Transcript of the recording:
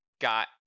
got